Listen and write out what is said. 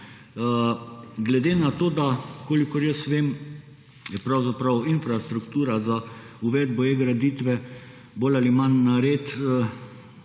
Glede na to, da kolikor jaz vem, je pravzaprav infrastruktura za uvedbo e-graditve bolj ali manj nared,